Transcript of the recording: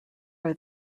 are